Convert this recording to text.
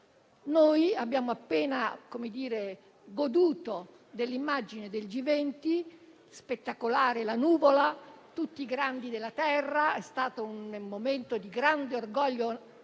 Abbiamo appena goduto dell'immagine del G20: spettacolare la Nuvola, con tutti i grandi della Terra; è stato un momento di grande orgoglio nazionale.